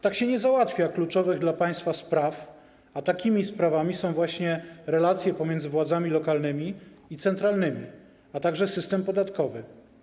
Tak nie załatwia się kluczowych dla państwa spraw, a takimi sprawami są właśnie relacje pomiędzy władzami lokalnymi i centralnymi, jak również system podatkowy.